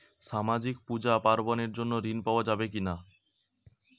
সামাজিক পূজা পার্বণ এর জন্য ঋণ পাওয়া যাবে কি?